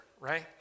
right